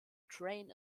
train